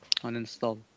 uninstall